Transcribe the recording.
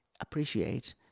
appreciate